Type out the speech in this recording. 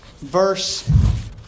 verse